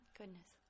Goodness